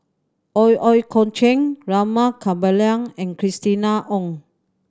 Ooi Kok Chuen Rama Kannabiran and Christina Ong